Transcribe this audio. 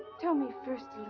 tell me first